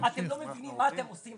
אתם לא מבינים מה אתם עושים,